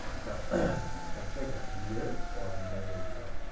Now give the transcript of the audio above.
so what's bigger, a year or a megayear?